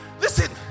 Listen